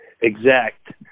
exact